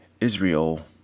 israel